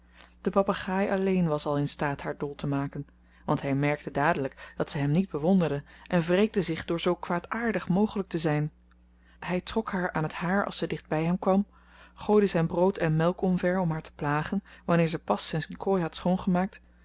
de papegaai alleen was al in staat haar dol te maken want hij merkte dadelijk dat ze hem niet bewonderde en wreekte zich door zoo kwaadaardig mogelijk te zijn hij trok haar aan het haar als ze dicht bij hem kwam gooide zijn brood en melk omver om haar te plagen wanneer zij pas zijn kooi had schoongemaakt